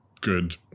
good